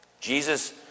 Jesus